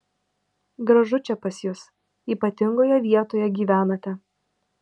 gražu čia pas jus ypatingoje vietoj gyvenate